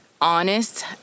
honest